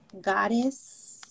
goddess